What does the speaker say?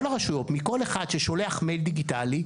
כל הרשויות מכל אחד ששולח מייל דיגיטלי,